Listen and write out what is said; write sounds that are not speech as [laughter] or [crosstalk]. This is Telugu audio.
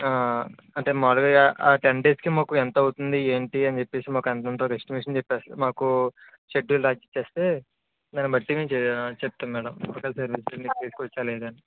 అంటే మామూలుగా ఆ టెన్ డేస్ కి మాకు ఎంత అవుతుంది ఏంటి అని చెప్పేసి మాకు అంతకముందు ఎస్టిమేషన్ చెప్పేస్తే మాకు షెడ్యూల్ రాసి ఇచ్చేస్తే దాని బట్టి మేము చె చెప్తాము మ్యాడమ్ [unintelligible] తీసుకోవచ్చా లేదా అని